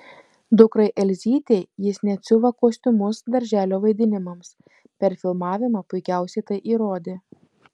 dukrai elzytei jis net siuva kostiumus darželio vaidinimams per filmavimą puikiausiai tai įrodė